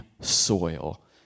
Soil